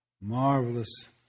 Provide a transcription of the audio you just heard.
marvelous